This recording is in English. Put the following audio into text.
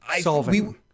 solving